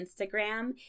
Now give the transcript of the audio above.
Instagram